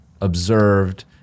observed